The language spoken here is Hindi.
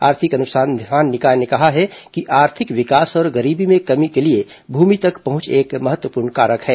आर्थिक अनुसंधान निकाय ने कहा कि आर्थिक विकास और गरीबी में कमी के लिए भूमि तक पहुंच एक महत्वपूर्ण कारक है